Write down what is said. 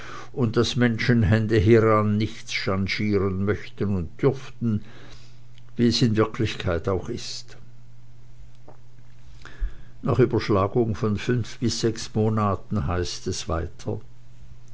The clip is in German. und daß menschenhände hieran nichts changiren möchten und dürften wie es in wirklichkeit auch ist nach überschlagung von fünf bis sechs monaten heißt es weiter